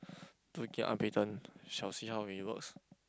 to get unbeaten shall see how it works